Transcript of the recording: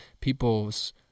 people's